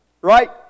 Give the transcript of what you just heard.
right